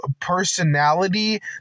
personality